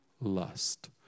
lust